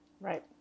Right